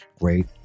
great